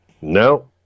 No